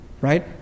Right